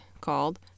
called